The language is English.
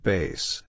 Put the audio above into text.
Base